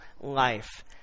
life